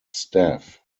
staff